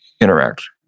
interact